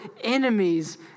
enemies